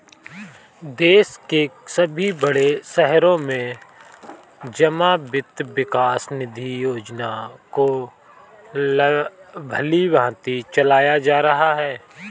देश के सभी बड़े शहरों में जमा वित्त विकास निधि योजना को भलीभांति चलाया जा रहा है